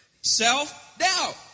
Self-doubt